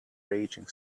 raging